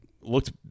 looked